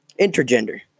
Intergender